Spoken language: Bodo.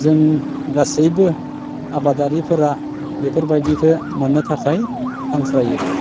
जों गासैबो आबादारिफोरा बेफोरबायदिखौ मोननो थाखाय हांख्रायो